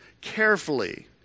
carefully